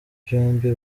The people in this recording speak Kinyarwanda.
byombi